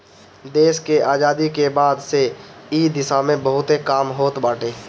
देस के आजादी के बाद से इ दिशा में बहुते काम होत बाटे